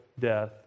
death